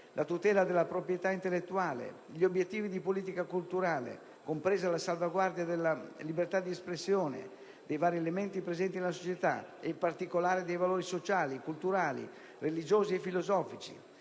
la tutela della proprietà intellettuale, gli obiettivi di politica culturale, compresa la salvaguardia della libertà di espressione dei vari elementi presenti nella società e, in particolare, dei valori sociali, culturali, religiosi e filosofici,